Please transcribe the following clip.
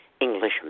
English